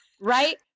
Right